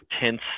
tense